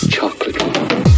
Chocolate